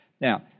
Now